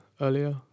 earlier